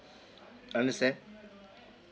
I understand